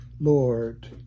Lord